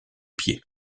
pieds